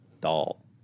doll